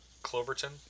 Cloverton